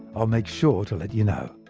i'll make sure to let you know